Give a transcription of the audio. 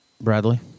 Bradley